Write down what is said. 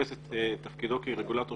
תופס את תפקידו כרגולטור